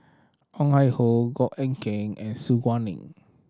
Ong Ah Hoi Goh Eck Kheng and Su Guaning